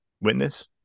Witness